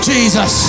Jesus